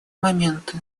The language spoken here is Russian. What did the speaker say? моменты